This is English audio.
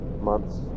months